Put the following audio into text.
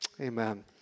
Amen